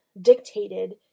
dictated